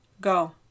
go